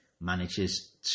manages